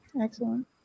Excellent